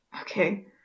Okay